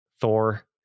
Thor